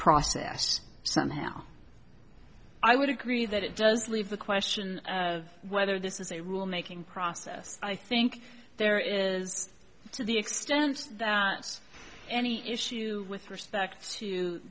process somehow i would agree that it does leave the question of whether this is a rule making process i think there is to the extent that any issue with respect to